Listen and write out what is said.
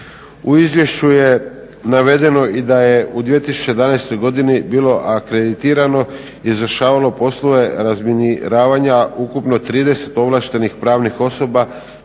U izvješću je navedeno da je u 2011. godini bilo akreditirano i izvršavalo poslove razminiravanja ukupno 30 ovlaštenih pravnih osoba